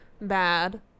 bad